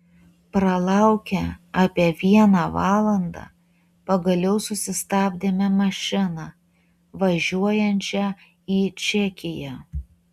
pralaukę apie vieną valandą pagaliau susistabdėme mašiną važiuojančią į čekiją